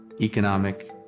economic